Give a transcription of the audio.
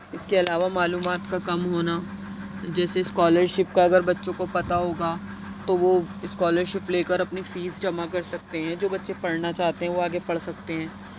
اس کے علاوہ معلومات کا کم ہونا جیسے اسکالرشپ کا اگر پچوں کو پتا ہوگا تو وہ اسکالرشپ لے کر اپنی فیس جمع کر سکتے ہیں جو پچے پڑھنا چاہتے ہیں وہ آگے پڑھ سکتے ہیں